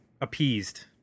appeased